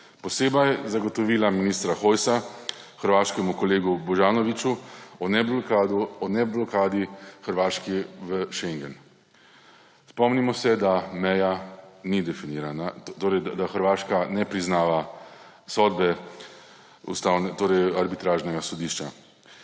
Posebej zagotovila ministra Hojsa hrvaškemu kolegu Božanoviću o neblokadi Hrvaške v schengen. Spomnimo se, da meja ni definirana, torej da Hrvaška ne priznava sodbe arbitražnega sodišča.